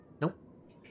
nope